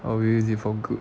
I will use it for good